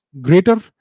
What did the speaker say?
greater